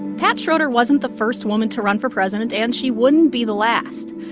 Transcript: pat schroeder wasn't the first woman to run for president, and she wouldn't be the last.